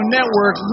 Network